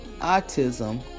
autism